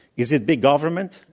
is it big government?